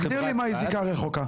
תגדיר לי מהי זיקה רחוקה.